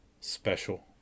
special